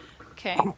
Okay